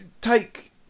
take